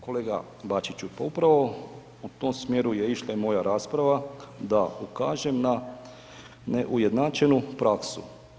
Kolega Bačić, pa upravo u tom smjeru je išla i moja rasprava, da ukažem na neujednačenu praksu.